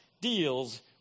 deals